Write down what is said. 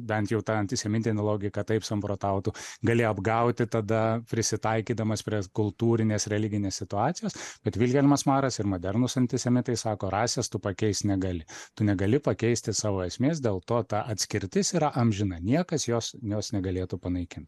bent jau ta antisemitine logika taip samprotautų gali apgauti tada prisitaikydamas prie kultūrinės religinės situacijos kad vilhelmas maras ir modernūs antisemitai sako rasės tu pakeist negali tu negali pakeisti savo esmės dėl to ta atskirtis yra amžina niekas jos jos negalėtų panaikint